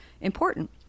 important